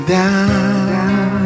down